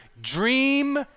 Dream